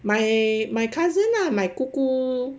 my my cousin lah my 姑姑